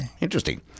Interesting